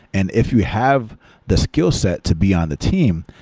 and if you have the skillset to be on the team,